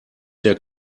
der